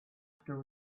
after